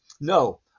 No